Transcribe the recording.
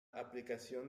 aplicación